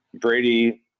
brady